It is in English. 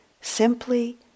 simply